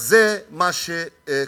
אז זה מה שקורה.